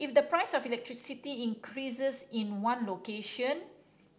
if the price of electricity increases in one location